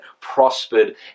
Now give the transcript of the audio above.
prospered